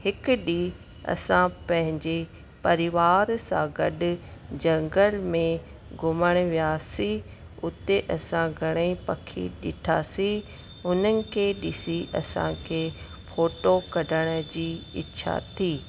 हिकु ॾींहुं असां पंहिंजे परिवार सां गॾु झंगल में घुमणु वियासीं उते असां घणई पखी ॾिठासीं उन्हनि खे ॾिसी असांखे फ़ोटो कढण जी इछा थी